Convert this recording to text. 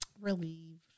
relieved